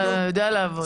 אתה יודע לעבוד.